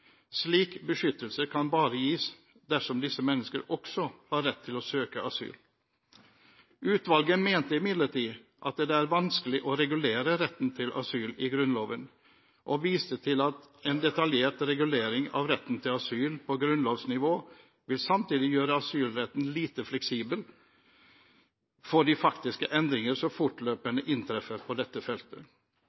Slik beskyttelse kan bare gis dersom disse menneskene også har en rett til å søke asyl.» Utvalget mente imidlertid at det er vanskelig å regulere retten til asyl i Grunnloven, og viste til at en detaljert regulering av retten til asyl på grunnlovsnivå vil samtidig gjøre asylretten lite fleksibel for de faktiske endringer som fortløpende inntreffer på dette feltet.